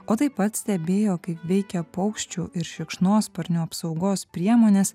o taip pat stebėjo kaip veikia paukščių ir šikšnosparnių apsaugos priemonės